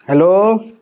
hello